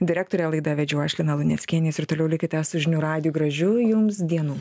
direktorė laidą vedžiau aš lina luneckienė jūs ir toliau likite su žinių radiju gražių jums dienų